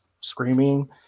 screaming